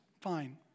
fine